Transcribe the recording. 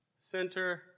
center